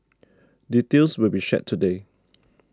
details will be shared today